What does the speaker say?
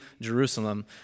Jerusalem